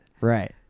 right